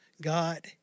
God